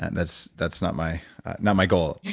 that's that's not my not my goal.